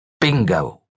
Bingo